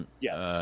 Yes